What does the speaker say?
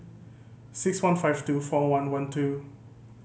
six one five two four one one two